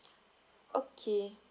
okay